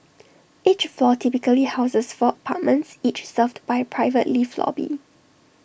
each floor typically houses four apartments each served by A private lift lobby